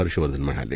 हर्षवर्धन म्हणाले